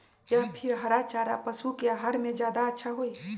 या फिर हरा चारा पशु के आहार में ज्यादा अच्छा होई?